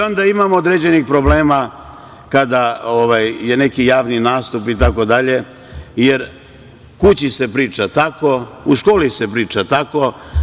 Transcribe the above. Onda imamo određenih problema kada je neki javni nastup itd. jer kući se priča tako, u školi se priča tako.